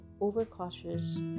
overcautious